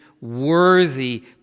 worthy